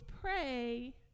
pray